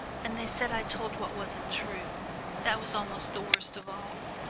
and they said i told what wasn't true that was almost the worst of all.